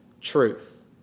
truth